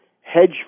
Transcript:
hedge